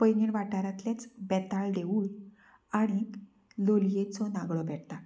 पैंगीण वाठारांतलेंच बेताळ देवूळ आनीक लोलयेचो नागडो बेट्टाळ